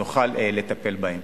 נוכל לטפל בהם.